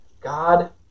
God